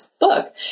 book